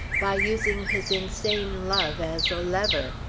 by using his insane love as a lever.